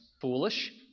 Foolish